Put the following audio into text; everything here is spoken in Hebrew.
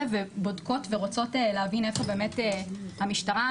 ובודקות ורוצות להבין איפה באמת המשטרה,